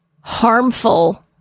harmful